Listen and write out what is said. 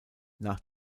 nach